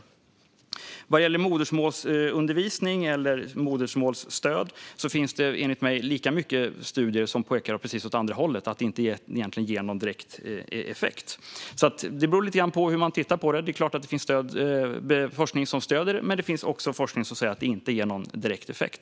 När det gäller modersmålsundervisning eller modersmålsstöd finns det enligt mig lika mycket studier som pekar åt det andra hållet och att det inte ger någon direkt effekt. Det beror lite grann på hur man tittar på det. Det finns såklart forskning som stöder detta, men det finns också forskning som säger att det inte ger någon direkt effekt.